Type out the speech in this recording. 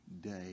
day